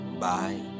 bye